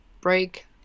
break